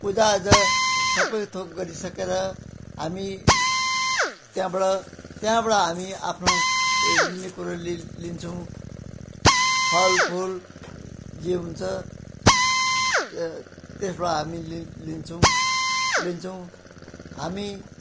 पूजा आजा सबै थोक गरिसकेर हामी त्यहाँबाट त्यहाँबाट हामी आफ्नो लिने कुरो लि लिन्छौँ फल फुल जे हुन्छ ए त्यसबाट हामी लि लिन्छौँ लिन्छौँ हामी